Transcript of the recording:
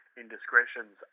indiscretions